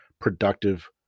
productive